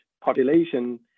population